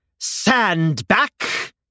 Sandback